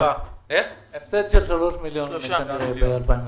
הפסד של שלושה מיליון שקלים.